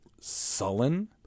sullen